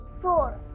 four